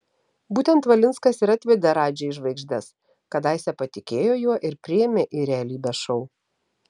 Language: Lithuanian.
būtent valinskas ir atvedė radži į žvaigždes kadaise patikėjo juo ir priėmė į realybės šou